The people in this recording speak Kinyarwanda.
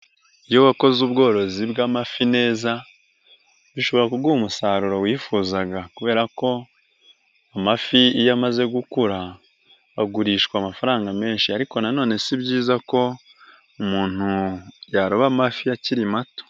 Iyo wakoze ubworozi bw'amafi neza, bishobora kuguha umusaruro wifuzaga kubera ko amafi iyo amaze gukura, agurishwa amafaranga menshi ariko na none si byiza ko umuntu yaroba amafi akiri mato.